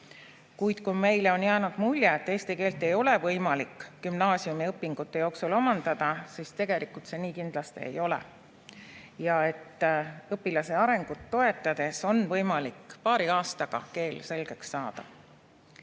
Kuid kui meile on jäänud mulje, et eesti keelt ei ole võimalik gümnaasiumiõpingute jooksul omandada, siis tegelikult see nii kindlasti ei ole. Õpilase arengut toetades on võimalik paari aastaga keel selgeks saada.